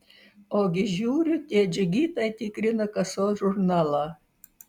ogi žiūriu tie džigitai tikrina kasos žurnalą